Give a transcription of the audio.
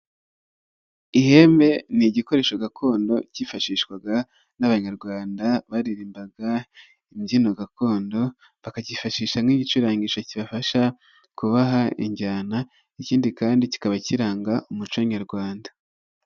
Ihembe ni igikoresho gakondo cyifashishwaga n'abanyarwanda baririmbaga imbyino gakondo bakakifashisha nk'igicurangisho kibafasha kubaha injyana ikindi kandi kikaba kiranga umuco nyarwanda.